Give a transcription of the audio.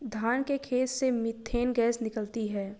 धान के खेत से मीथेन गैस निकलती है